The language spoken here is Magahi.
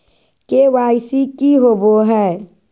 के.वाई.सी की होबो है?